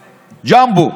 ג'מבו.